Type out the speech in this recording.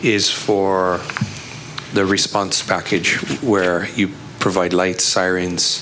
is for the response package where you provide lights sirens